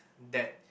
that